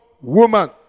woman